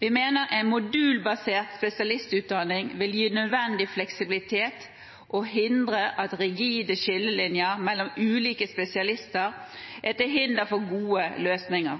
Vi mener en modulbasert spesialistutdanning vil gi nødvendig fleksibilitet og hindre at rigide skillelinjer mellom ulike spesialister er til hinder for gode løsninger.